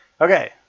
okay